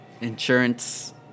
insurance